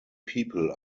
people